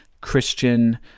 Christian